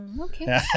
okay